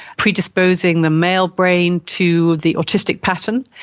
predisposing the male brain to the autistic pattern.